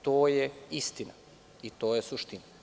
To je istina i to je suština.